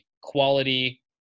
quality